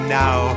now